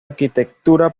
arquitectura